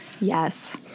Yes